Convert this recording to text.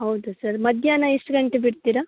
ಹೌದ ಸರ್ ಮಧ್ಯಾಹ್ನ ಎಷ್ಟು ಗಂಟೆ ಬಿಡ್ತೀರ